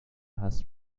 has